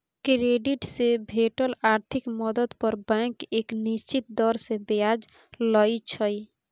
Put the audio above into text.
credit से भेटल आर्थिक मदद पर बैंक एक निश्चित दर से ब्याज लइ छइ